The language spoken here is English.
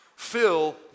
Fill